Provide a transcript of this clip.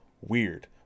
weird